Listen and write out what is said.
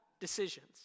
decisions